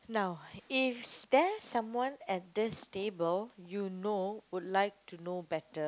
now is there someone at this table you know would like to know better